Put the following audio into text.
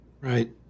Right